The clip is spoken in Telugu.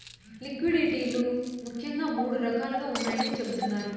లిక్విడిటీ లు ముఖ్యంగా మూడు రకాలుగా ఉన్నాయని చెబుతున్నారు